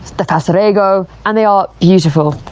the falzarego, and they are beautiful.